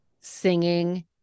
singing